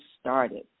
started